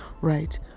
right